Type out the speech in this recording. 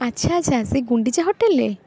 ଆଚ୍ଛା ଆଚ୍ଛା ସେ ଗୁଣ୍ଡିଚା ହୋଟେଲ୍ରେ